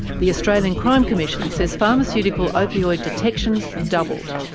the australian crime commission says pharmaceutical opioid detections doubled.